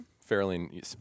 Fairly